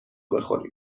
بخوریم